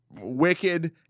wicked